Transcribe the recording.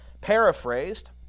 paraphrased